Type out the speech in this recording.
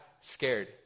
scared